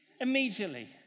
Immediately